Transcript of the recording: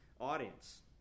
audience